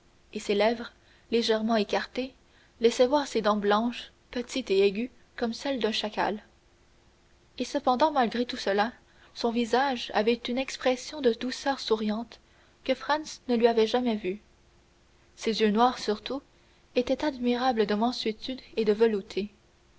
et ses lèvres légèrement écartées laissaient voir ses dents blanches petites et aiguës comme celles d'un chacal et cependant malgré tout cela son visage avait une expression de douceur souriante que franz ne lui avait jamais vue ses yeux noirs surtout étaient admirables de mansuétude et de velouté